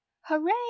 Hooray